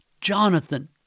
Jonathan